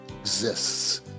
exists